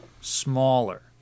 smaller